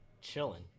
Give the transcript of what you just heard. chilling